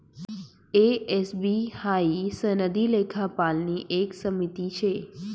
ए, S, B हाई सनदी लेखापालनी एक समिती शे